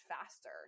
faster